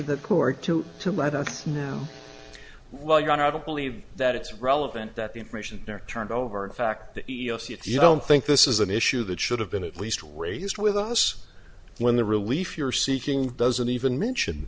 the court to to let us know well your honor i don't believe that it's relevant that the information turned over in fact the e e o c if you don't think this is an issue that should have been at least raised with us when the relief you're seeking doesn't even mention